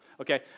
Okay